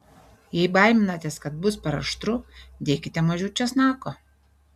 jei baiminatės kad bus per aštru dėkite mažiau česnako